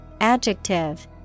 Adjective